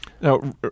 Now